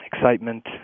excitement